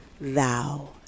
thou